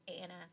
Anna